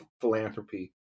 philanthropy